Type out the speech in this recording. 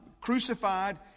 crucified